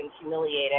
humiliated